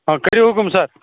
آ کٔرِو حُکُم سَر